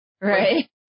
Right